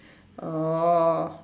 oh